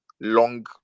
long